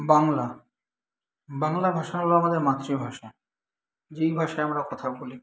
বাংলা বাংলা ভাষা হলো আমাদের মাতৃভাষা যেই ভাষায় আমরা কথা বলি